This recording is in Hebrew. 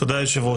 תודה היו"ר.